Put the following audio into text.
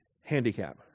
handicap